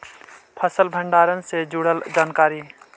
फसल भंडारन से जुड़ल जानकारी?